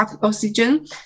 oxygen